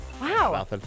Wow